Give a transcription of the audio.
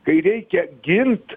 kai reikia gint